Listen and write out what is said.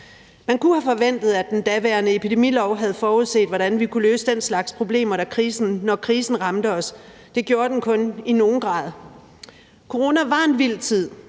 Man kunne have forventet, at den daværende epidemilov havde forudset, hvordan vi kunne løse den slags problemer, når krisen ramte os. Det gjorde den kun i nogen grad. Corona var en vild tid,